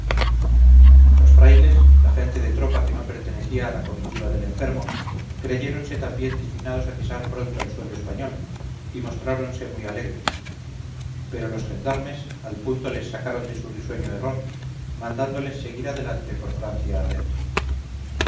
los frailes la gente de tropa que no pertenecía a la comitiva del enfermo creyéronse también destinados a pisar pronto el suelo español y mostráronse muy alegres pero los gendarmes al punto les sacaron de su risueño error mandándoles seguir adelante por francia adentro